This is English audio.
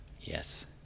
Yes